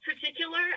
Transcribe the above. particular